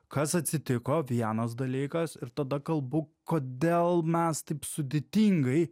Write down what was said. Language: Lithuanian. kas atsitiko vienas dalykas ir tada kalbu kodėl mes taip sudėtingai